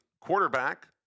quarterback